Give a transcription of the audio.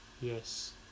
Yes